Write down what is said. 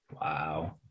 Wow